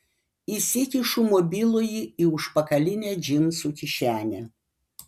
įsikišu mobilųjį į užpakalinę džinsų kišenę